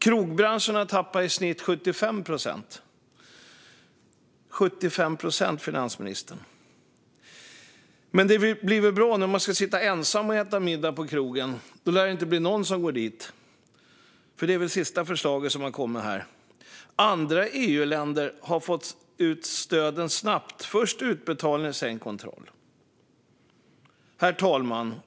Krogbranschen har tappat i snitt 75 procent av omsättningen, finansministern. Men det blir väl bra nu när man ska sitta ensam och äta middag på krogen; då lär det inte bli någon som går dit. Detta är väl det senaste förslaget som kommit. Andra EU-länder har fått ut stöden snabbt - de har först gjort utbetalningen och sedan gjort kontrollen. Herr talman!